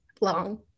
Long